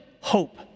hope